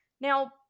Now